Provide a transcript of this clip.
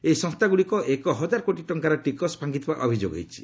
ଏହି ସଂସ୍କାଗ୍ରଡ଼ିକ ଏକ ହଜାର କୋଟି ଟଙ୍କାର ଟିକସ ଫାଙ୍କିଥିବା ଅଭିଯୋଗ ହୋଇଛି